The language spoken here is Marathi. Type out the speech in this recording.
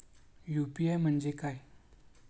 यु.पी.आय म्हणजे काय?